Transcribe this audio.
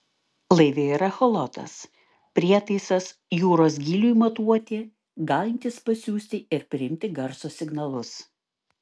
laive yra echolotas prietaisas jūros gyliui matuoti galintis pasiųsti ir priimti garso signalus